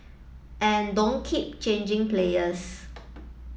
and don't keep changing players